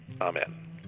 Amen